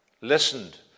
listened